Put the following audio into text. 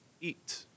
eat